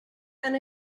and